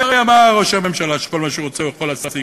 הרי אמר ראש הממשלה שכל מה שהוא רוצה הוא יכול להשיג,